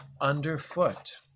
underfoot